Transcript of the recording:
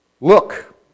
Look